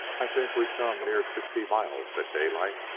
i think we come near sixty miles, said daylight.